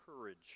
courage